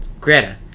Greta